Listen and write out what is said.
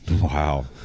Wow